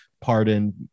pardoned